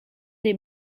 des